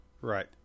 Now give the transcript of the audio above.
Right